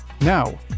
Now